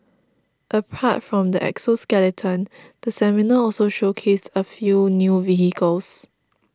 apart from the exoskeleton the seminar also showcased a few new vehicles